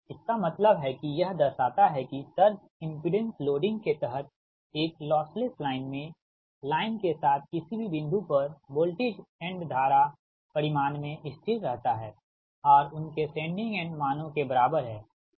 इसका मतलब है कि यह दर्शाता है कि सर्ज इमपिडेंस लोडिंग के तहत एक लॉस लेस लाइन में लाइन के साथ किसी भी बिंदु पर वोल्टेज एंड धारा परिमाण में स्थिर रहता है और उनके सेंडिंग एंड मानों के बराबर है